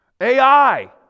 AI